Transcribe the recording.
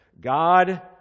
God